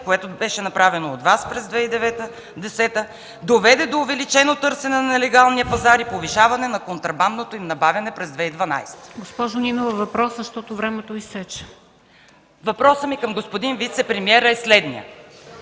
(което беше направено от Вас през 2010 г.) доведе до увеличено търсене на нелегалния пазар и повишаване на контрабандното им набавяне през 2012